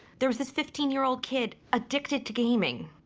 there was this fifteen-year-old kid addicted to gaming.